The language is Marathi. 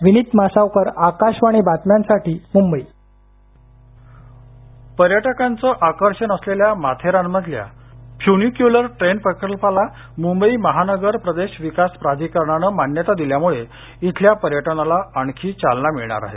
विनीत मासावकर आकाशवाणी बातम्यांसाठी मुंबई पर्यटकांचं आकर्षण असलेल्या माथेरानमधल्या फ्युनिक्युलर ट्रेन प्रकल्पाला मुंबई महानगर प्रदेश विकास प्राधिकरणानं मान्यता दिल्यामुळे इथल्या पर्यटनाला आणखी चालना मिळणार आहे